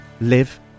live